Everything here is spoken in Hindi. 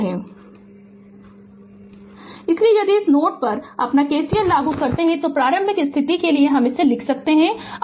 Refer Slide Time 2903 इसलिए यदि इस नोड पर अपना KCL लागू करते हैं तो प्रारंभिक स्थिति के लिए लिख सकते हैं कि i 0 i 1 0 प्लस i 2 0